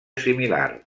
similar